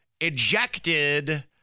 ejected